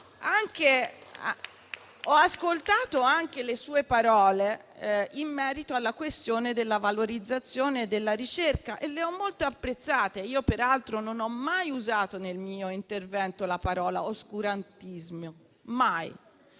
Ho ascoltato anche le sue parole in merito alla questione della valorizzazione della ricerca e le ho molto apprezzate. Io peraltro non ho mai usato nel mio intervento la parola "oscurantismo", mai.